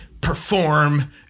perform